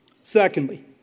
Secondly